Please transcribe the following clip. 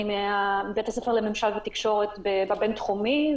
אני מבית-הספר לממשל ותקשורת בבינתחומי,